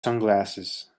sunglasses